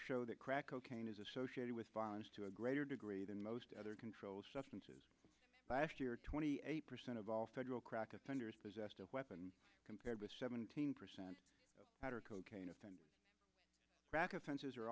show that crack cocaine is associated with violence to a greater degree than most other controlled substances last year twenty eight percent of all federal crack offenders possessed a weapon compared with seventeen percent cocaine offender back offenses are